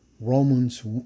Romans